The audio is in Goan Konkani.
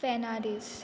फेर्नाडीस